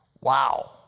Wow